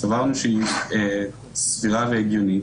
סברנו שהיא סבירה והגיונית,